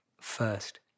first